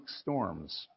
storms